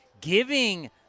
giving –